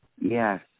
Yes